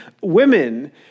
women